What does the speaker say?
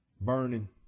burning